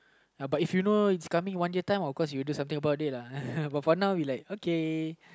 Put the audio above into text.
ya but you know if is coming one day time of course you will do something about it lah but for now we like okay